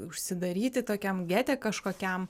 užsidaryti tokiam gete kažkokiam